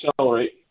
accelerate